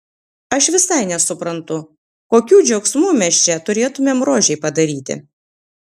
aš visai nesuprantu kokių džiaugsmų mes čia turėtumėm rožei padaryti